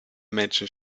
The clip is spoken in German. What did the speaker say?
menschen